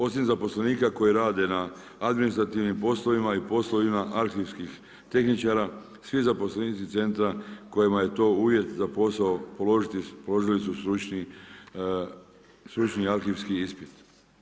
Osim zaposlenika koji rade na administrativnim poslovima i poslovima arhivskih tehničara, svi zaposlenici centra kojima je to uvjet za posao, položili su stručni arhivski ispit.